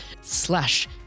slash